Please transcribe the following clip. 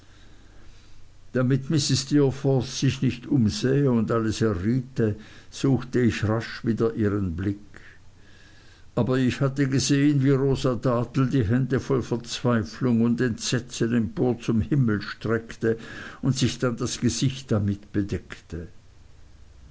damit mrs steerforth sich nicht umsähe und alles erriete suchte ich rasch wieder ihren blick aber ich hatte gesehen wie rosa dartle die hände voll verzweiflung und entsetzen empor zum himmel streckte und sich dann das gesicht damit bedeckte